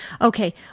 Okay